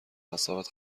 اعصابت